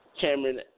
Cameron